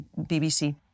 BBC